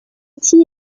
tea